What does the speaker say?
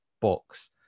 books